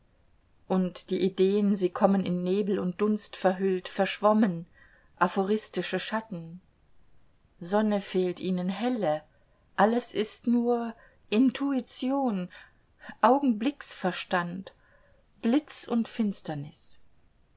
und die ideen sie kommen in nebel und dunst verhüllt verschwommen aphoristische schatten sonne fehlt ihnen helle alles ist nur intuition augenblicksverstand blitz und finsternis